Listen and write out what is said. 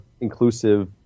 inclusive